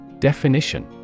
Definition